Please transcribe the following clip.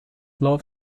low